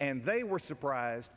and they were surprised